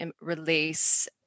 release